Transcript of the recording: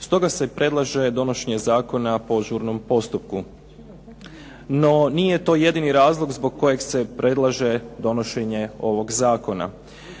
stoga se predlaže donošenje zakona po žurnom postupku. No, nije to jedini razlog zbog kojeg se predlaže donošenje ovog zakona.